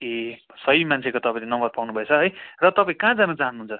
ए सही मान्छेको तपाईँले नम्बर पाउनुभएछ है र तपाईँ कहाँ जानु चाहनुहुन्छ